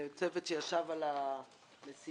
צוות שעבד על המשימה